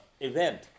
event